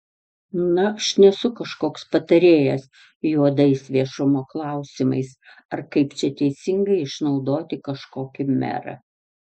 na aš nesu kažkoks patarėjas juodais viešumo klausimais ar kaip čia teisingai išnaudoti kažkokį merą